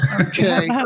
Okay